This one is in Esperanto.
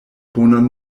bonan